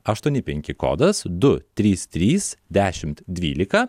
aštuoni penki kodas du trys trys dešimt dvylika